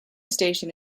station